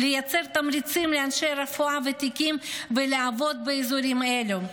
לייצר תמריצים לאנשי רפואה ותיקים לעבוד באזורים אלו,